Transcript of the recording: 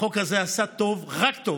החוק הזה עשה טוב, רק טוב,